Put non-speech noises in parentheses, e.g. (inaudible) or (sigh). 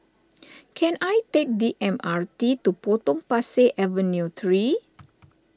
(noise) can I take the M R T to Potong Pasir Avenue three